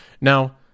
Now